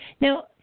Now